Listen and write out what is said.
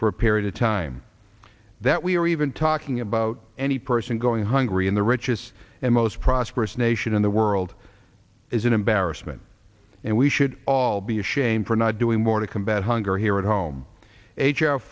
for a period of time that we are even talking about any person going hungry in the richest and most prosperous nation in the world is an embarrassment and we should all be ashamed for not doing more to combat hunger here at home